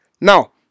Now